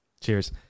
Cheers